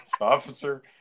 Officer